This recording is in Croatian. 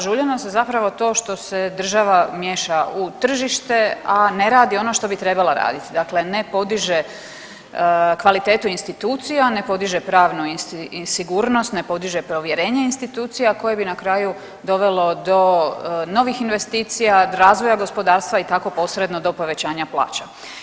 Žulja nas zapravo to što se država miješa u tržište, a ne radi ono što bi trebala raditi, dakle ne podiže kvalitetu institucija, ne podiže pravnu sigurnost, ne podiže povjerenje institucija koje bi na kraju dovelo do novih investicija, razvoja gospodarstva i tako posredno do povećanja plaća.